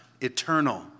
eternal